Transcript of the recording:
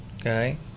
Okay